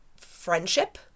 friendship